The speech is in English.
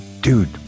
dude